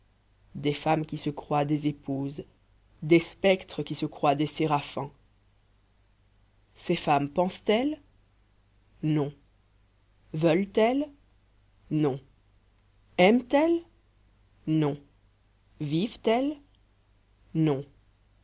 des femmes qui se croient des épouses des spectres qui se croient des séraphins ces femmes pensent elles non veulent-elles non aiment elles non vivent elles non